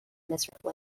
miserably